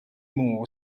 more